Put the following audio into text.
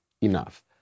enough